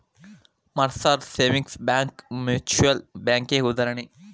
Mercer savings bank mutual ಬ್ಯಾಂಕಿಗಿ ಉದಾಹರಣಿ